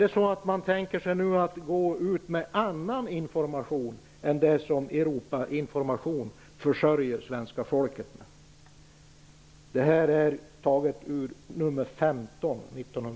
Tänker man sig nu att gå ut med annan information än den som Europainformation försörjer svenska folket med?